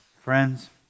Friends